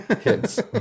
kids